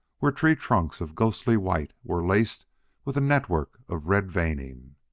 where tree-trunks of ghostly white were laced with a network of red veining.